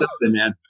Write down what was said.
man